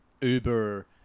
Uber